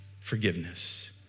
forgiveness